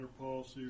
policy